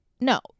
no